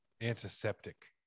antiseptic